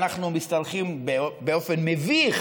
אנחנו משתרכים באופן מביך